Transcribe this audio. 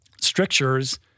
strictures